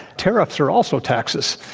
tariffs are also taxes,